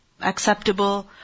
acceptable